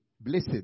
blessed